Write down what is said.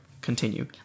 continue